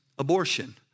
Abortion